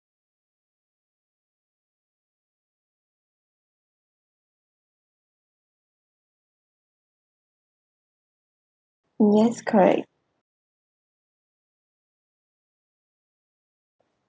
yes correct